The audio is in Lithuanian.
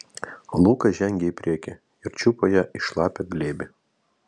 lukas žengė į priekį ir čiupo ją į šlapią glėbį